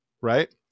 right